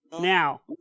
now